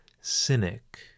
cynic